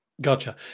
Gotcha